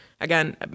Again